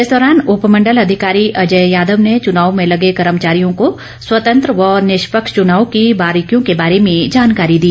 इस दौरान उपमंडल अधिकारी अजय यादव ने चुनाव में लगे कर्मचारियों को स्वतंत्र व निष्पक्ष चुनाव की बारिकियों के बारे में जानकारी दी